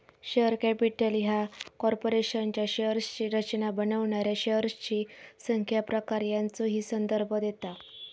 share capital ह्या कॉर्पोरेशनच्या शेअर्सची रचना बनवणाऱ्या शेअर्सची संख्या, प्रकार यांचो ही संदर्भ देता